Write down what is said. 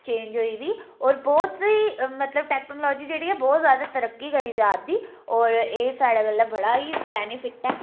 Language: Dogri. चेंज होई गेदी होर बोह्त ई मतलब टेक्नोलाजी जेह्ड़ी ऐ बहुत ज्यादा तरक्की करी जा दी होर एह साढ़े बेल्लै बड़ा ई बेनिफिट ऐ